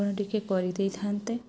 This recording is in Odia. କ'ଣ ଟିକେ କରିଦେଇଥାନ୍ତେ